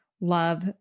love